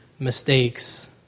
Mistakes